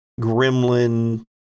gremlin